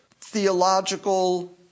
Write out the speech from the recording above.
theological